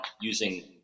using